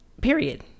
period